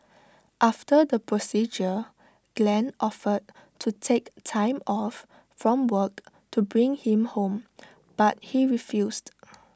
after the procedure Glen offered to take time off from work to bring him home but he refused